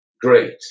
great